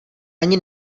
ani